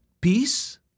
peace